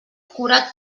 cura